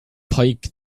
pike